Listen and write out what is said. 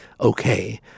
okay